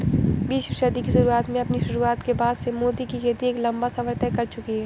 बीसवीं सदी की शुरुआत में अपनी शुरुआत के बाद से मोती की खेती एक लंबा सफर तय कर चुकी है